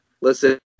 listen